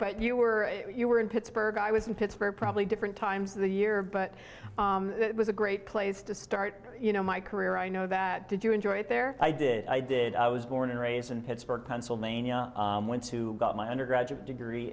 but you were you were in pittsburgh i was in pittsburgh probably different times of the year but it was a great place to start you know my career i know that did you enjoy it there i did i did i was born and raised in pittsburgh pennsylvania went to got my undergraduate degree